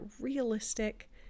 realistic